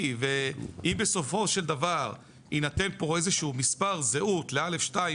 ואם בסופו של דבר יינתן פה איזה שהוא מספר זהות ל-א.2,